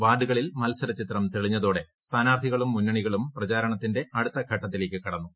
വാർഡുകളിൽ മത്സരചിത്രം തെളിഞ്ഞതോടെ സ്ഥാനാർത്ഥികളും മുന്നണികളും പ്രചാരണത്തിന്റെ അടുത്ത ഘട്ടത്തിലേക്ക് കടന്നു